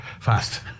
fast